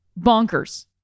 bonkers